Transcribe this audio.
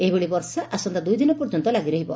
ଏହିଭଳି ବର୍ଷା ଆସନ୍ତା ଦୁଇଦିନ ପର୍ଯ୍ୟନ୍ତ ଲାଗି ରହିବ